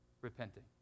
repenting